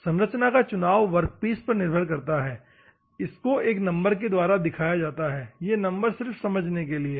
संरचना का चुनाव वर्कपीस पर निर्भर करता है इसको एक नंबर के द्वारा दिखाया जाता है यह नंबर सिर्फ समझने के लिए है